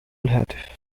الهاتف